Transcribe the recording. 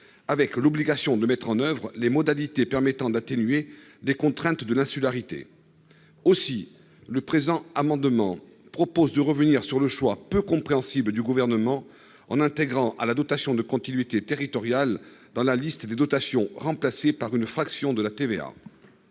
avec l'obligation de mettre en oeuvre les modalités permettant d'atténuer des contraintes de l'insularité aussi le présent amendement propose de revenir sur le choix peu compréhensible du gouvernement en intégrant à la dotation de continuité territoriale dans la liste des dotations remplacée par une fraction de la TVA.